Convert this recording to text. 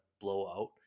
blowout